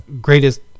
greatest